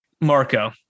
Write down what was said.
Marco